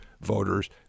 voters